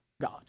God